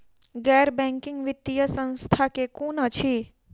गैर बैंकिंग वित्तीय संस्था केँ कुन अछि?